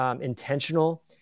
intentional